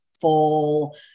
full